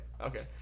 Okay